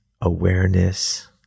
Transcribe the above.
awareness